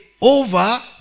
over